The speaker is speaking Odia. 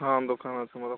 ହଁ ଦୋକାନ ଅଛି ମୋର